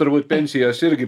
turbūt pensijos irgi